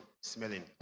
smelling